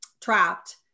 trapped